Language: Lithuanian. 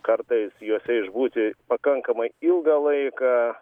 kartais juose išbūti pakankamai ilgą laiką